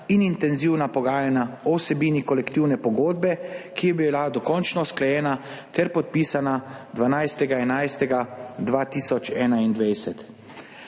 in intenzivna pogajanja o vsebini kolektivne pogodbe, ki je bila dokončno usklajena ter podpisana 12. 11. 2021.